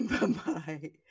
Bye-bye